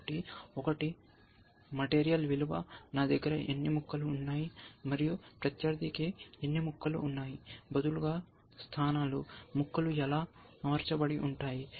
కాబట్టి ఒకటి మెటీరియల్ విలువ నా దగ్గర ఎన్ని ముక్కలు ఉన్నాయి మరియు ప్రత్యర్థికి ఎన్ని ముక్కలు ఉన్నాయి బదులుగా స్థానాలు ముక్కలు ఎలా అమర్చబడి ఉంటాయి